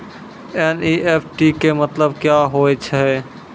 NEFT के मतलब का होव हेय?